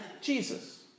Jesus